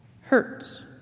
hurts